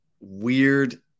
Weird